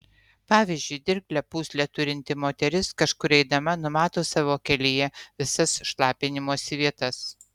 pavyzdžiui dirglią pūslę turinti moteris kažkur eidama numato savo kelyje visas šlapinimosi vietas